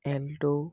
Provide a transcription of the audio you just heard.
alto